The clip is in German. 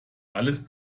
alles